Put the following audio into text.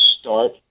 start